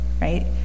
right